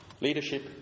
leadership